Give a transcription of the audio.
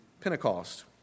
Pentecost